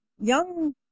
young